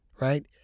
right